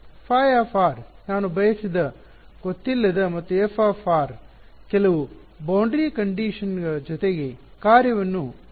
ϕ ನಾನು ಬಯಸಿದ ಅಪರಿಚಿತವಾಗಿದೆ ಗೊತ್ತಿಲ್ಲದ ಮತ್ತು f ಕೆಲವು ಗಡಿ ಪರಿಸ್ಥಿತಿಗಳ ಬೌಂಡರಿ ಕಂಡೀಷನ್ ಜೊತೆಗೆ ಕಾರ್ಯವನ್ನು ಒತ್ತಾಯಿಸುತ್ತದೆ